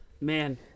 Man